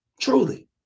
truly